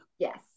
Yes